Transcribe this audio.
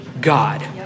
God